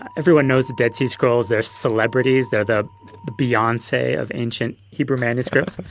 everyone knows the dead sea scrolls, they're celebrities, they're the the beyonce of ancient hebrew manuscripts.